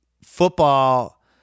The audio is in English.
Football